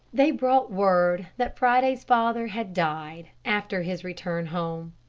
they brought word that friday's father had died after his return home.